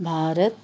Bharat